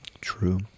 True